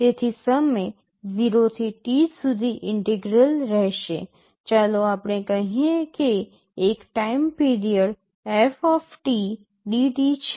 તેથી સમય 0 થી T સુધી ઇન્ટેગ્રલ રહેશે ચાલો આપણે કહીએ કે એક ટાઇમ પીરિયડ f dt છે